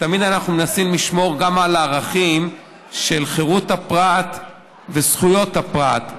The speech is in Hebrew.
תמיד אנחנו מנסים לשמור גם על הערכים של חירות הפרט וזכויות הפרט,